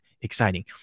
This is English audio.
exciting